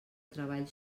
treball